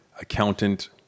accountant